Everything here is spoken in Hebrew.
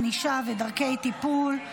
ענישה ודרכי טיפול)